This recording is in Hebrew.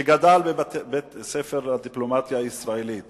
שגדל בבית-הספר של הדיפלומטיה הישראלית